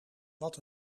wat